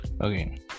Okay